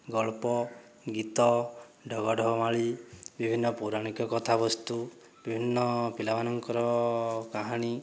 ଗଳ୍ପ ଗୀତ ଢଗ ଢମାଳି ବିଭିନ୍ନ ପୌରାଣିକ କଥା ବସ୍ତୁ ବିଭିନ୍ନ ପିଲାମାନଙ୍କର କାହାଣୀ